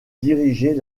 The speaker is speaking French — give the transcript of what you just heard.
diriger